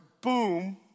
boom